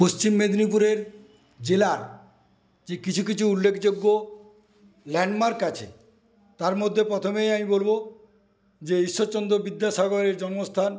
পশ্চিম মেদিনীপুরের জেলা যে কিছু কিছু উল্লেখযোগ্য ল্যান্ডমার্ক আছে তার মধ্যে প্রথমেই আমি বলব যে ঈশ্বরচন্দ্র বিদ্যাসাগরের জন্মস্থান